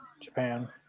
Japan